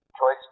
choice